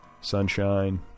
sunshine